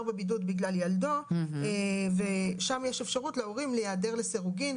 בבידוד בגלל ילדו ושם יש אפשרות להורים להיעדר לסירוגין,